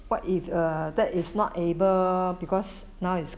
what if err that is not able because now is